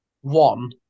one